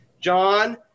John